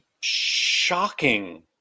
shocking